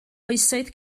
oesoedd